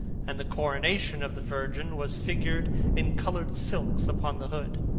and the coronation of the virgin was figured in coloured silks upon the hood.